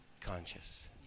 conscious